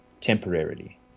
temporarily